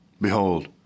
Behold